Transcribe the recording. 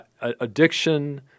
Addiction